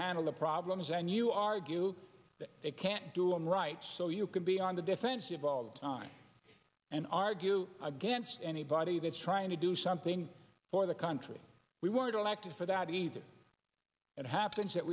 handle the problems and you argue that they can't do i'm right so you can be on the defensive all the time and argue against anybody that's trying to do something for the country we wanted elected for that even it happens that